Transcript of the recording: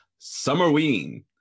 Summerween